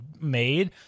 made